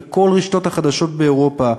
וכל רשתות החדשות באירופה,